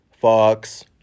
Fox